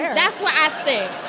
and that's what i